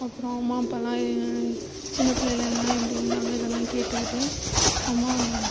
அப்புறம் அம்மா அப்பாலாம் சின்ன பிள்ளைலலாம் எப்படி இருந்தாங்கள் இதெல்லாம் கேட்டுக்கிட்டு அம்மா